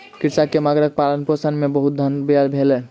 कृषक के मगरक पालनपोषण मे बहुत धन व्यय भेल